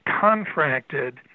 contracted